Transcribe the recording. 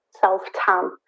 self-tan